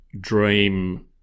dream